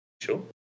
Sure